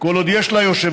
כל עוד יש לה יושב-ראש,